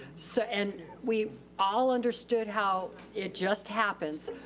so and we all understood how it just happens.